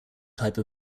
type